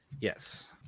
Yes